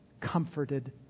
comforted